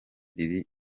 riri